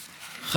בשמחה.